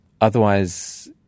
Otherwise